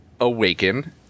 awaken